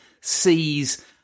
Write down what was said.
sees